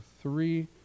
three